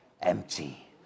empty